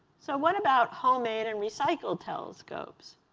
so what about homemade and recycled telescope?